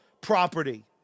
property